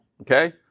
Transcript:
okay